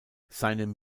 seinem